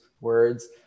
words